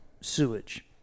sewage